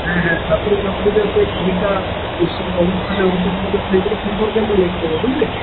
হ্যাঁ হ্যাঁ ছাত্র ছাত্রীদের সেই ভূমিকা অনুষ্ঠানের মধ্যে সেইগুলো সম্পর্কে একটু লিখতে হবে বুঝলি